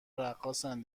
رقاصن